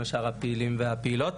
גם לשאר הפעילים והפעילות.